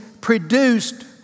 produced